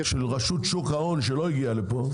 של רשות שוק ההון שלא הגיעה לפה.